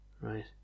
Right